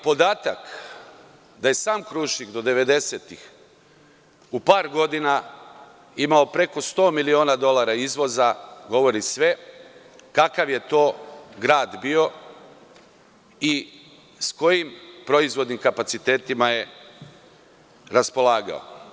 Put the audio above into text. Podatak da je sam „Krušik“ do 90-ih u par godina imao preko 100 miliona dolara izvoza govori sve kakav je to grad bio i s kojim proizvodnim kapacitetima je raspolagao.